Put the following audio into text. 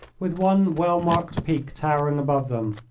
with one well-marked peak towering above them.